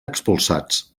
expulsats